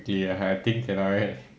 they I think cannot right